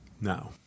Now